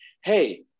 hey